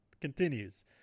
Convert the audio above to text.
continues